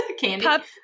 Candy